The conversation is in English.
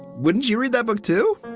wouldn't you read that book, too?